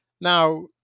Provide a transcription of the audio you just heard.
Now